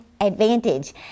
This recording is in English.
advantage